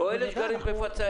או לאלה שגרים בפצאל.